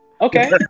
okay